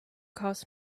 costs